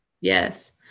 yes